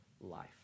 life